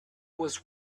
was